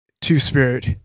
Two-Spirit